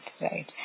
right